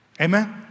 Amen